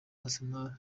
arsenal